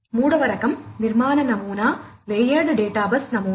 మూడవ రకం నిర్మాణ నమూనా లేయర్డ్ డేటాబస్ నమూనా